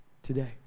today